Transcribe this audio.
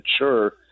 mature